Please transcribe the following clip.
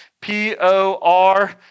P-O-R